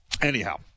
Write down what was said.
Anyhow